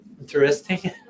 interesting